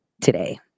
today